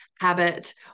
habit